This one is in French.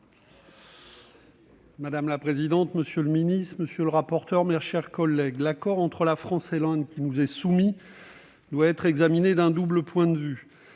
Madame la présidente, monsieur le secrétaire d'État, mes chers collègues, l'accord entre la France et l'Inde qui nous est soumis doit être examiné d'un double point de vue